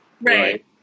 right